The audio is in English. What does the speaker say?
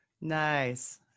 nice